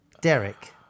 Derek